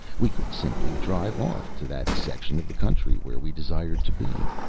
we could simply drive off to that section of the country where we desired to be.